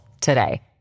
today